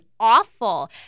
awful